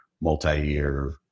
multi-year